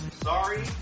sorry